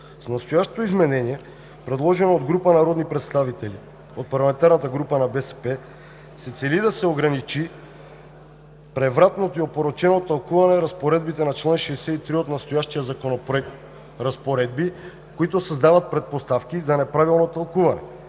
С настоящото изменение, предложено от група народни представители от парламентарната група на БСП, се цели да се ограничи превратното и опорочено тълкуване на разпоредбите на чл. 63 от настоящия Законопроект – разпоредби, които създават предпоставки за неправилно тълкуване